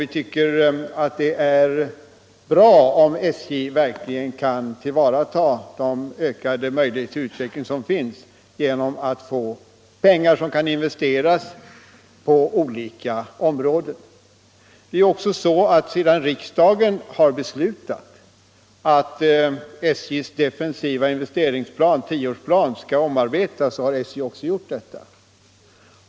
Vi tycker att det är bra om SJ verkligen kan tillvarata de möjligheter till utveckling som finns och har därför velat ge SJ pengar som kan investeras på olika områden. årsperiod skall omarbetas har SJ också gjort detta.